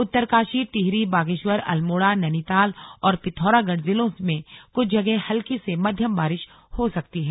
उत्तरकाशी टिहरी बागेश्वर अल्मोड़ा नैनीताल और पिथौरागढ़ जिलों में कुछ जगह हल्की से मध्यम बारिश हो सकती है